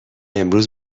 امروز